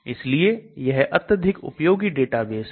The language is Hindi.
इसलिए यह अत्यधिक उपयोगी डेटाबेस है